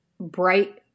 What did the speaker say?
Bright